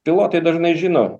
pilotai dažnai žino